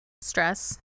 stress